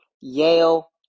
Yale